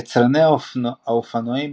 יצרני האופנועים